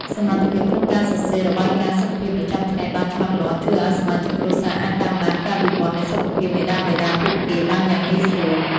សមត្ថភាពក្នុងការសរសេររបាយការណ៍សុខភាពប្រចាំថ្ងៃបានច្បាស់លាស់ ជួយឱ្យសមាជិកគ្រួសារអាចតាមដានការវិវត្តនៃសុខភាពមាតាបិតាពួកគេបានយ៉ាងងាយស្រួល។